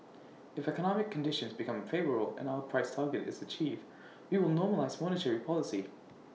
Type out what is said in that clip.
if economic conditions become favourable and our price target is achieved we will normalise monetary policy